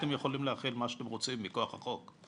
אתם יכולים להחיל מה שאתם רוצים מכוח החוק,